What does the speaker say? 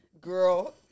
girl